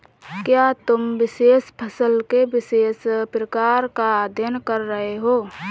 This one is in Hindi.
क्या तुम विशेष फसल के विशेष प्रकार का अध्ययन कर रहे हो?